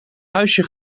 huisje